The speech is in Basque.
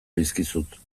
dizkizut